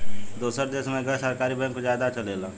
दोसर देश मे गैर सरकारी बैंक ज्यादे चलेला